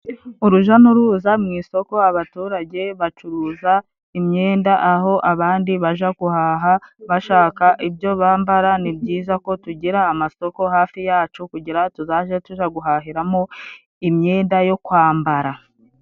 Uruja n'uruza mu isoko abaturage bacuruza imyenda aho abandi baja guhaha bashaka ibyo bambara, ni byiza ko tugira amasoko hafi yacu kugira tuzaje tuja guhahiramo imyenda yo kwambara.